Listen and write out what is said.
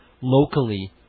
locally